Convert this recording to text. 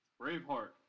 Braveheart